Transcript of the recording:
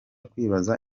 kwibaza